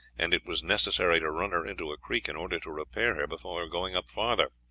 and it was necessary to run her into a creek in order to repair her before going up farther.